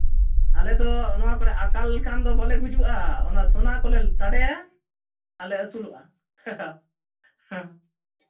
ᱟᱞᱮ ᱫᱚ ᱱᱚᱣᱟ ᱠᱚᱨᱫ ᱟᱠᱟᱞ ᱞᱮᱠᱷᱟᱱ ᱫᱚ ᱵᱟᱞᱮ ᱜᱩᱡᱩᱜᱼᱟ ᱚᱱᱟ ᱥᱳᱱᱟ ᱠᱚᱞᱮ ᱴᱟᱰᱮᱭᱟ ᱟᱞᱮ ᱟᱹᱥᱩᱞᱚᱜᱼᱟ ᱦᱮᱸ